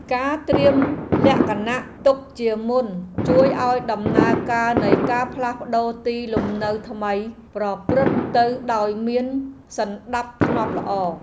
ការត្រៀមលក្ខណៈទុកជាមុនជួយឱ្យដំណើរការនៃការផ្លាស់ប្ដូរទីលំនៅថ្មីប្រព្រឹត្តទៅដោយមានសណ្ដាប់ធ្នាប់ល្អ។